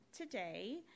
today